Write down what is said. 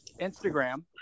Instagram